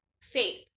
faith